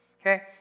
okay